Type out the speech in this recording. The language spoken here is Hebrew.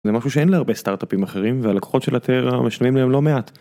זה משהו שאין להרבה סטארטאפים אחרים והלקוחות של הטרה משלמים להם לא מעט.